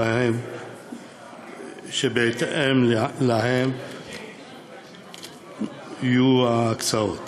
שבהתאם להן יהיו ההקצאות.